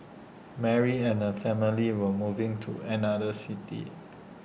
Mary and her family were moving to another city